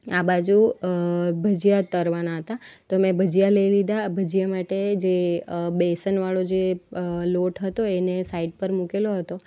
આ બાજુ ભજીયા તળવાના હતા તો મેં ભજીયા લઈ લીધા ભજીયા માટે જે બેસનવાળો જે લોટ હતો એને સાઇડ પર મૂકેલો હતો